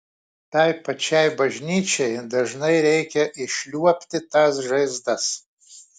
tai pačiai bažnyčiai dažnai reikia išliuobti tas žaizdas